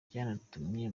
byanatumye